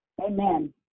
Amen